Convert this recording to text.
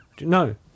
No